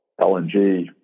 LNG